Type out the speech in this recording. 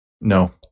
No